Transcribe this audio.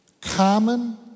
common